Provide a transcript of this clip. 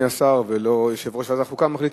השר ולא יושב-ראש ועדת החוקה מחליטים.